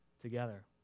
together